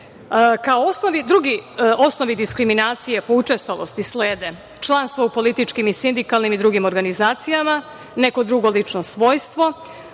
osnovi diskriminacije po učestalosti slede članstva u političkih, sindikalnim i drugim organizacijama, neko drugo lično svojstvo,